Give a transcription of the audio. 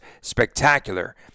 spectacular